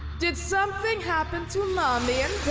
did something happen to mommy and